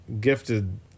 gifted